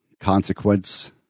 consequence